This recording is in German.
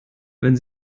wenn